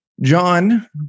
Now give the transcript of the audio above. John